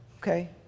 Okay